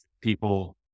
People